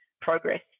progress